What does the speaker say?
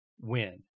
Win